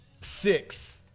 six